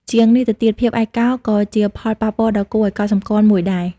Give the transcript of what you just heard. ជាងនេះទៅទៀត ភាពឯកោ ក៏ជាផលប៉ះពាល់ដ៏គួរឲ្យកត់សម្គាល់មួយដែរ។